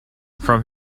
from